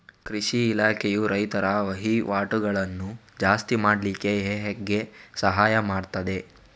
ಕೃಷಿ ಇಲಾಖೆಯು ರೈತರ ವಹಿವಾಟುಗಳನ್ನು ಜಾಸ್ತಿ ಮಾಡ್ಲಿಕ್ಕೆ ಹೇಗೆ ಸಹಾಯ ಮಾಡ್ತದೆ?